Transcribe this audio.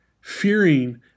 fearing